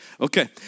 Okay